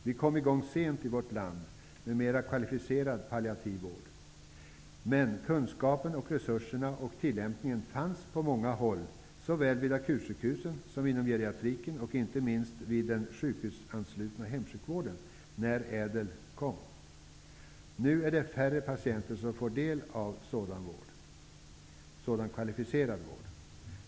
Vi kom i vårt land i gång sent med mer kvalificerad palliativvård, men kunskapen, resurserna och tillämpningen fanns på många håll, såväl vid akutsjukhusen som inom geriatriken och inte minst vid den sjukhusanslutna hemsjukvården, när ÄDEL-reformen genomfördes. Nu är det färre patienter som får del av sådan kvalificerad vård.